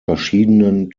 verschiedenen